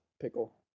pickle